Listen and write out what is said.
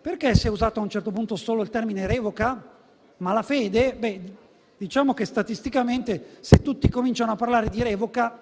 perché si è usato a un certo punto solo il termine «revoca»? Malafede? Diciamo che statisticamente, se tutti cominciano a parlare di revoca,